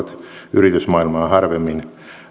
yritysmaailmaa harvemmin